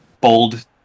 bold